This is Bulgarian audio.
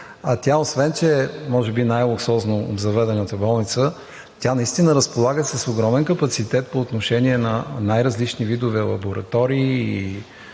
а тя, освен че е може би най луксозно обзаведена болница, наистина разполага с огромен капацитет по отношение на най-различни видове лаборатории и